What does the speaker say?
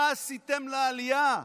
מה עשיתם לעלייה?